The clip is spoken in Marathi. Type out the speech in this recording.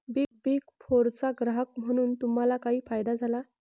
बिग फोरचा ग्राहक बनून तुम्हाला काही फायदा झाला?